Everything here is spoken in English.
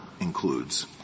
includes